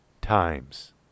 times